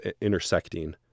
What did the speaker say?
intersecting